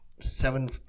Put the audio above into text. seven